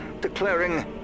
declaring